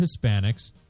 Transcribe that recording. Hispanics